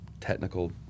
technical